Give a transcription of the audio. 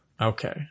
Okay